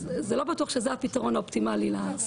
אז לא בטוח שזה הפתרון האופטימלי לסיפור.